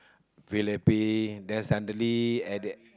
feel happy then suddenly at the